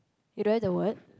you don't have the word